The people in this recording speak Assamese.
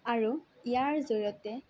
আৰু ইয়াৰ জৰিয়তে